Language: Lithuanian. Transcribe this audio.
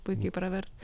puikiai pravers